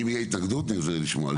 אם תהיה התנגדות נרצה לשמוע.